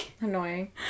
Annoying